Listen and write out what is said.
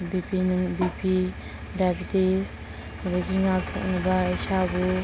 B P B P diabetes ꯑꯗꯒꯤ ꯉꯥꯛꯊꯣꯛꯅꯕ ꯏꯁꯥꯕꯨ